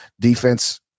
defense